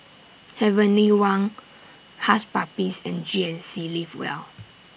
Heavenly Wang Hush Puppies and G N C Live Well